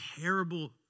terrible